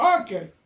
okay